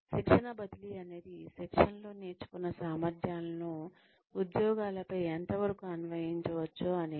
శిక్షణ బదిలీ అనేది శిక్షణలో నేర్చుకున్న సామర్థ్యాలను ఉద్యోగాలపై ఎంతవరకు అన్వయించవచ్చో అనేది